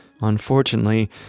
Unfortunately